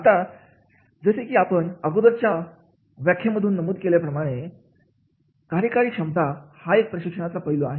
आता जसे की आपण अगोदरच्या व्याख्या मधून नमूद केल्याप्रमाणे कार्यकारी क्षमता हा एक प्रशिक्षणाचा पैलू आहे